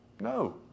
No